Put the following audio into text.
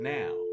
now